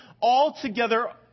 altogether